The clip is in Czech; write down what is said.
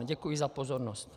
Děkuji za pozornost.